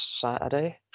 Saturday